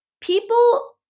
people